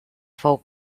fou